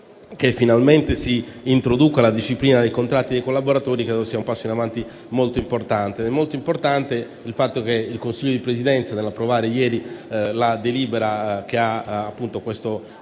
finalmente si introduce la disciplina dei contratti dei collaboratori, un passo in avanti molto importante. Così come è molto importante il fatto che il Consiglio di Presidenza, nell'approvare ieri la delibera che aveva - appunto - questo